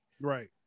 Right